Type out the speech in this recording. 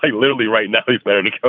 a little b right now. he's married to